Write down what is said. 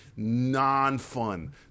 non-fun